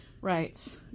Right